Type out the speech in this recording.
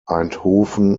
eindhoven